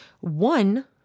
one